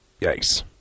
Yikes